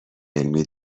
علمی